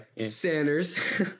Sanders